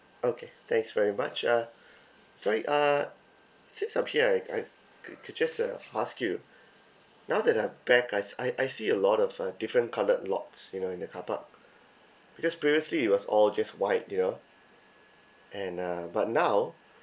okay thanks very much uh sorry uh since up here I I could could just uh ask you now that I'm back I s~ I I see a lot of uh different coloured lots you know in the carpark because previously was all just white you know and uh but now